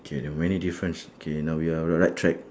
K the many difference K now we are on the right track